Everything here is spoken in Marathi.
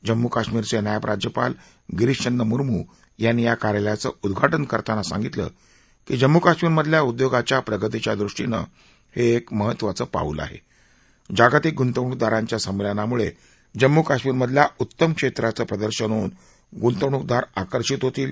जम्मू काश्मीरचजियब राज्यपाल गिरीशचंद्र मुर्मू यांनी या कार्यालयाचं उद्घाटन करताना सांगितलं की जम्मू कश्मीरमधल्या उद्योगाच्या प्रगतीच्या दृष्टीनं हा एक महत्वाचं पाऊल आहा जागतिक गुतवणूकदारांच्या संमध्यिमुळा जम्मू काश्मीरमधल्या उत्तम क्षक्रीचं प्रदर्शन होऊन गुंतवणूकदार आकर्षित होतील